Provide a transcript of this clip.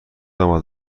آمد